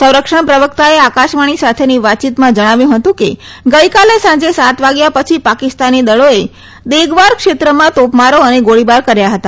સંરક્ષણ પ્રવક્તાએ આકાશવાણી સાથેની વાતચીતમાં જણાવ્યું હતું કે ગઈકાલે સાંજે સાત વાગ્યા પછી પાકિસ્તાની દળોએ દેગવાર ક્ષેત્રમાં તોપમારો અને ગોળીબાર કર્યા હતા